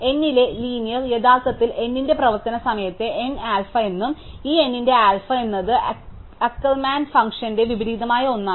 N ലെ linear യഥാർത്ഥത്തിൽ n ന്റെ പ്രവർത്തന സമയത്തെ n ആൽഫ എന്നും ഈ n ന്റെ ആൽഫ എന്നത് അക്കർമാൻ ഫംഗ്ഷന്റെ വിപരീതമായ ഒന്നാണ്